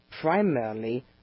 primarily